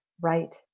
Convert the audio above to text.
right